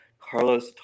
Carlos